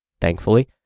Thankfully